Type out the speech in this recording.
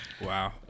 Wow